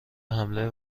حمله